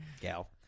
Gal